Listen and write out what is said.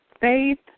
Faith